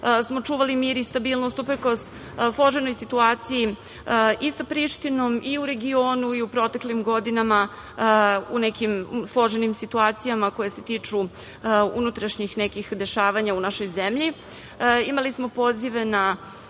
smo čuvali mir i stabilnost uprkos složenoj situaciji i sa Prištinom i u regioni i u proteklim godinama u nekim složenim situacijama koje se tiču unutrašnjih nekih dešavanja u našoj zemlji. Imali smo pozive na